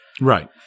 right